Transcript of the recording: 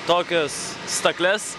tokias stakles